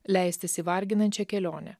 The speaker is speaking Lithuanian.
leistis į varginančią kelionę